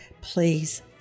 Please